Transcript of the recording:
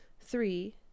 three